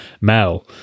Mel